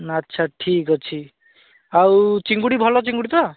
ଆଚ୍ଛା ଠିକ୍ଅଛି ଆଉ ଚିଙ୍ଗୁଡ଼ି ଭଲ ଚିଙ୍ଗୁଡ଼ି ତ